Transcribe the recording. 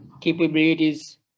capabilities